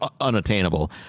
unattainable